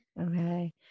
Okay